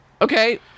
Okay